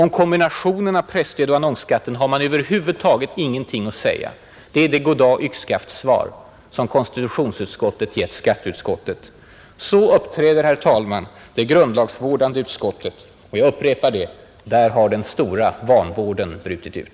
Om kombinationen av presstödet och annonsskatten har man över huvud taget ingenting att säga. Det är det goddag-yxskaftsvar som konstitutionsutskottet har gett skatteutskottet. Så uppträder det grundlagsvårdande utskottet — jag upprepar att där har den stora vanvården brutit ut.